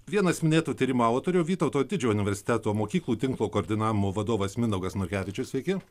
vienas minėto tyrimo autorių vytauto didžiojo universiteto mokyklų tinklo koordinavimo vadovas mindaugas norkevičius sveiki